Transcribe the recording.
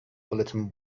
bulletin